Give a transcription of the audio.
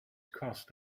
cost